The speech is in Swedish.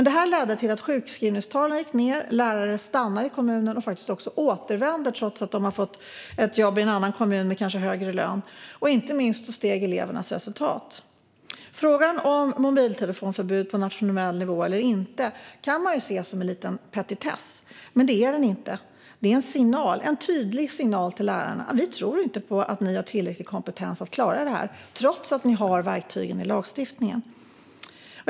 Detta ledde till att sjukskrivningstalen gick ned, till att lärare stannade i kommunen och faktiskt också till att lärare återvände trots att de fått jobb i en annan kommun, kanske med högre lön. Inte minst förbättrades elevernas resultat. Frågan om det ska finnas ett mobiltelefonförbud på nationell nivå eller inte kan man se som en liten petitess, men det är det inte. Det är en tydlig signal till lärarna att man inte tror att de har tillräcklig kompetens att klara detta, trots att de har verktygen i lagstiftningen.